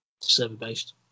server-based